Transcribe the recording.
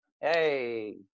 Hey